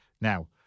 Now